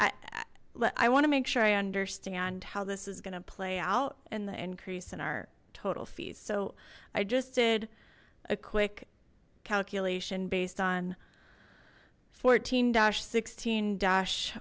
i want to make sure i understand how this is going to play out in the increase in our total fees so i just did a quick calculation based on fourteen dosh sixteen